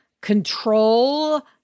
control